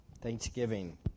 Thanksgiving